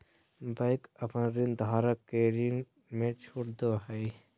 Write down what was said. bank अपन ऋणधारक के ऋण में छुट दो हइ